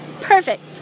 Perfect